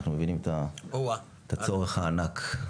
אנחנו מבינים את הצורך הענק.